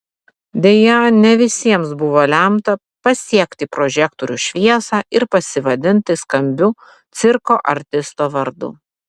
deja ne visiems buvo lemta pasiekti prožektorių šviesą ir pasivadinti skambiu cirko artisto vardu